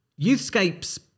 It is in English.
Youthscape's